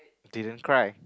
didn't cry